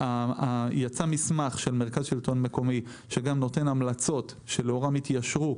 יצא מסמך של מרכז שלטון מקומי שגם נותן המלצות שלאורן התיישרו,